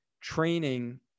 training